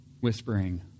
whispering